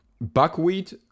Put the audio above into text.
buckwheat